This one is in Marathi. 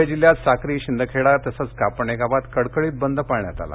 घुळे जिल्ह्यात साक्री शिंदखेडा तसच कापडणे गावात कडकडीत बंद पाळण्यात याला